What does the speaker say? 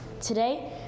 Today